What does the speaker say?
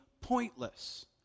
pointless